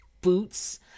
boots